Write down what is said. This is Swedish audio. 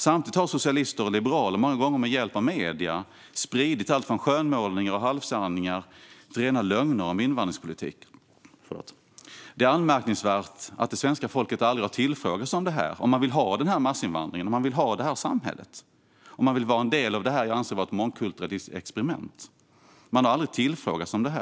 Samtidigt har socialister och liberaler, många gånger med hjälp av medierna, spridit alltifrån skönmålningar och halvsanningar till rena lögner om invandringspolitik. Det är anmärkningsvärt att det svenska folket aldrig har tillfrågats om detta - om det vill ha den här massinvandringen, om det vill ha det här samhället och om det vill vara en del av det jag anser vara ett mångkulturalismexperiment. Svenska folket har aldrig tillfrågats om detta.